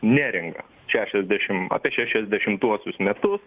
neringa šešiasdešimt apie šešiasdešimtuosius metus